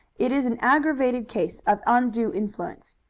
it is an aggravated case of undue influence.